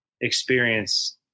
experience